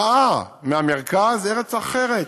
שעה מהמרכז, ארץ אחרת.